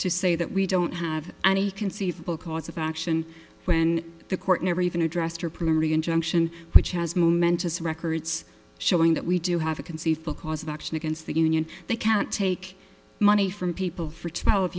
to say that we don't have any conceivable cause of action when the court never even addressed her primary injunction which has momentous records showing that we do have a can see full cause of action against the union they can't take money from people for twelve